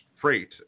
freight